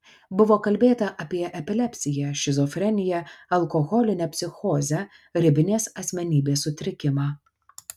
buvo kalbėta apie epilepsiją šizofreniją alkoholinę psichozę ribinės asmenybės sutrikimą